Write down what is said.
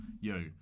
Yo